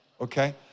okay